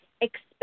Expect